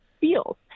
feels